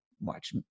watch